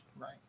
right